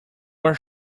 are